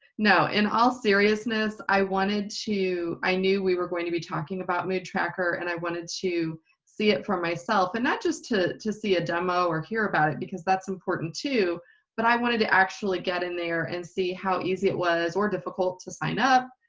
in all seriousness i wanted to i knew we were going to be talking about moodtracker and i wanted to see it for myself and not just to to see a demo or hear about it because that's important too but i wanted to actually get in there and see how easy it was or difficult to sign up.